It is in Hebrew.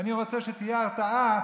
ואני רוצה שתהיה הרתעה,